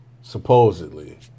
supposedly